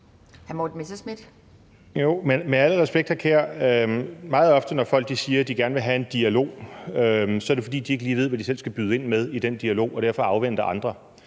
vil jeg sige til hr. Kasper Sand Kjær, at meget ofte, når folk siger, at de gerne vil have en dialog, er det, fordi de ikke lige ved, hvad de selv skal byde ind med i den dialog og derfor afventer andre.